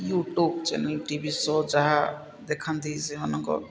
YouTube channel TV show ଯାହା ଦେଖାନ୍ତି ସେମାନଙ୍କ